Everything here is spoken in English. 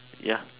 ya